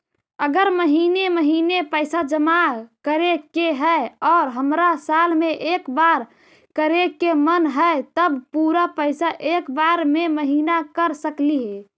अगर महिने महिने पैसा जमा करे के है और हमरा साल में एक बार करे के मन हैं तब पुरा पैसा एक बार में महिना कर सकली हे?